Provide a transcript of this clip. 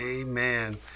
Amen